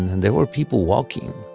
they were people walking